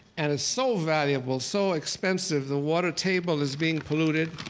and it's so valuable, so expensive, the water table is being polluted.